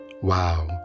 Wow